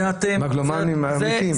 זה אתם --- מגלומנים אמיתיים.